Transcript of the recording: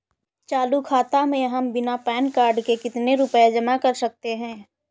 चालू खाता में हम बिना पैन कार्ड के कितनी रूपए जमा कर सकते हैं?